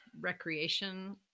recreation